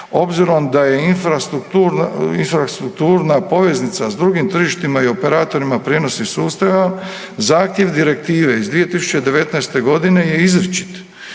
obzirom da je infrastrukturna poveznica s drugim tržištima i operatorima prijenosnih sustava, zahtjev Direktive iz 2019. g. je izričita